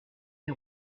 les